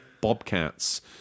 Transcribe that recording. bobcats